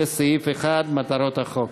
לסעיף 1: מטרות החוק.